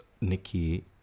nikki